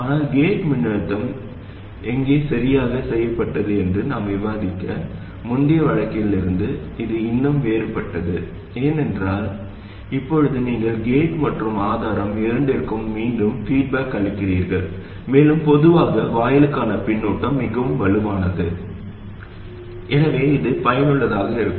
ஆனால் கேட் மின்னழுத்தம் எங்கே சரி செய்யப்பட்டது என்று நாம் விவாதித்த முந்தைய வழக்கிலிருந்து இது இன்னும் வேறுபட்டது ஏனென்றால் இப்போது நீங்கள் கேட் மற்றும் ஆதாரம் இரண்டிற்கும் மீண்டும் பீட்பாக் அளிக்கிறீர்கள் மேலும் பொதுவாக வாயிலுக்கான பின்னூட்டம் மிகவும் வலுவானது எனவே இது பயனுள்ளதாக இருக்கும்